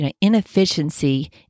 inefficiency